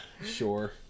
sure